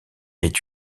est